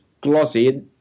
glossy